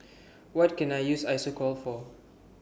What Can I use Isocal For